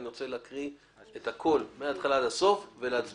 ולכן אני רוצה להקריא את הכול מהתחלה ועד הסוף ולהצביע.